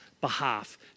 behalf